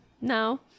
No